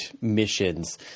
missions